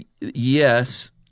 Yes